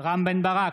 בן ברק,